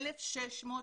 1,600 שקלים.